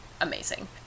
amazing